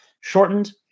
shortened